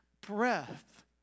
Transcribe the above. breath